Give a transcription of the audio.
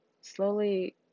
slowly